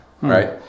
right